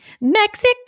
Mexico